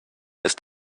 ist